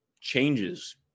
changes